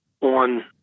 on